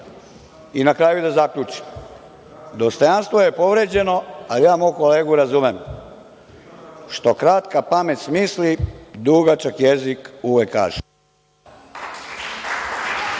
i, na kraju, da zaključim – dostojanstvo je povređeno, a ja mog kolegu razumem, što kratka pamet smisli, dugačak jezik uvek kaže.